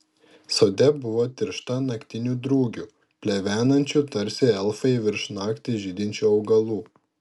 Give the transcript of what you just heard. sode buvo tiršta naktinių drugių plevenančių tarsi elfai virš naktį žydinčių augalų